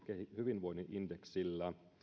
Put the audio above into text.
hyvinvoinnin indeksillä